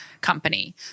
company